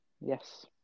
Yes